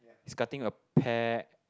he's cutting a pear